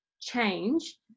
change